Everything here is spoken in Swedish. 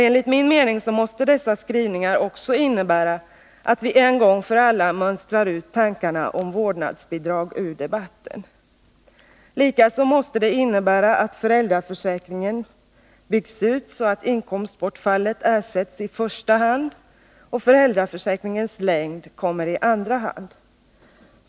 Enligt min mening måste dessa skrivningar också innebära att vi en gång för alla mönstrar ut tankarna om vårdnadsbidrag ur debatten. Likaså måste de innebära att föräldraförsäkringen byggs ut så att inkomstbortfallet ersätts i första hand och föräldraförsäkringens längd kommer i andra hand.